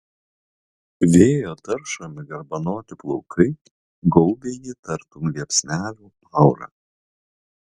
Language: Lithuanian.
vėjo taršomi garbanoti plaukai gaubia jį tartum liepsnelių aura